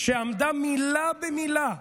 שעמדה מילה במילה בחוק-יסוד: